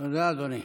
תודה, אדוני.